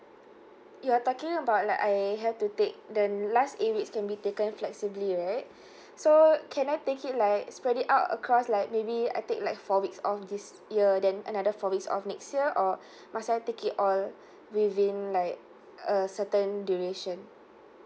you're talking about like I have to take the last eight weeks can be taken flexibly right so can I take it like spread it out across like maybe I take like four weeks off this year then another four weeks off next year or must I take it all within like a certain duration